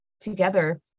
together